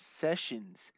sessions